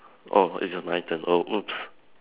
oh is it my turn oh !oops!